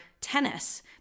tennis